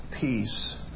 peace